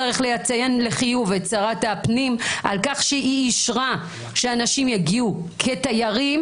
צריך לציין לחיוב את שרת הפנים על כך שהיא אישרה שאנשים יגיעו כתיירים,